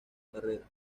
carrera